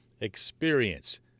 experience